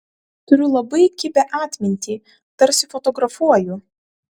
turiu labai kibią atmintį tarsi fotografuoju